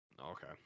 Okay